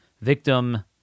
victim